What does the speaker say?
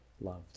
loved